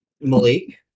Malik